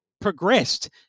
progressed